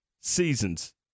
seasons